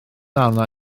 arna